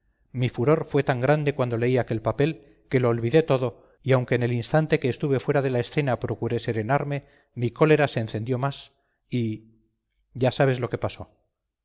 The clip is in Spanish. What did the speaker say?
mi furor fue tan grande cuando leí aquel papel que lo olvidé todo y aunque en el instante que estuve fuera de la escena procuré serenarme mi cólera se encendió más y ya sabes lo que pasó